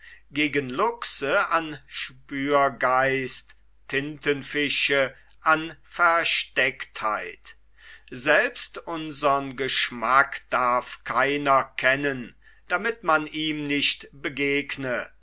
an verstecktheit selbst unsern geschmack darf keiner kennen damit man ihm nicht begegne